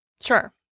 Sure